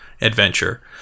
adventure